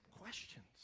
questions